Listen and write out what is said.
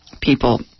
people